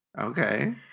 Okay